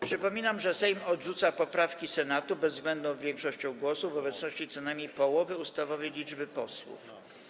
Przypominam, że Sejm odrzuca poprawki Senatu bezwzględną większością głosów w obecności co najmniej połowy ustawowej liczby posłów.